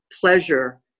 pleasure